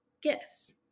gifts